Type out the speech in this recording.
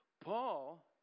Paul